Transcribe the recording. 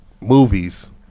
movies